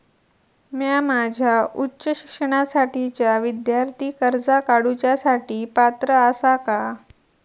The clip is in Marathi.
म्या माझ्या उच्च शिक्षणासाठीच्या विद्यार्थी कर्जा काडुच्या साठी पात्र आसा का?